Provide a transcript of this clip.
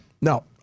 No